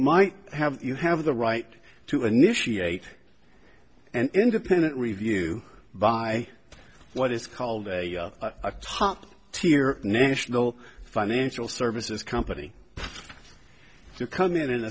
might have you have the right to initiate an independent review by what is called a top tier national financial services company to come in and